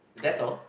that's all